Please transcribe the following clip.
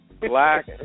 black